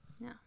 no